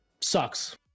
sucks